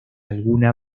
alguna